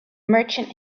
merchant